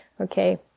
Okay